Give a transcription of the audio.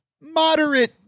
moderate